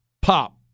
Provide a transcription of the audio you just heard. Pop